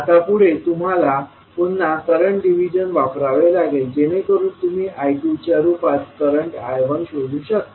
आता पुढे तुम्हाला पुन्हा करंट डिव्हिजन वापरावे लागेल जेणेकरुन तुम्ही I2च्या रूपात करंट I1शोधू शकता